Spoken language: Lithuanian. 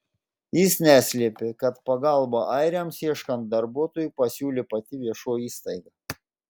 jis neslėpė kad pagalbą airiams ieškant darbuotojų pasiūlė pati viešoji įstaiga